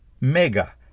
Mega